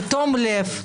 בתום לב,